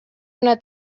una